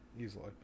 easily